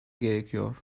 gerekiyor